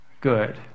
good